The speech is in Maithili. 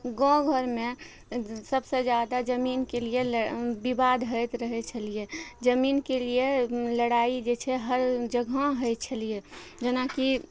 गाँव घरमे सबसँ जादा जमीनके लिये विवाद होइत रहय छलियै जमीनके लिये लड़ाइ जे छै हर जगह होइ छलियै जेनाकि